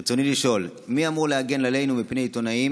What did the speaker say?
רצוני לשאול: מי אמור להגן עלינו מפני עיתונאים